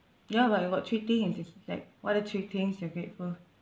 ya but we got three things it's like what are three things you're grateful